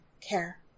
care